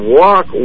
walk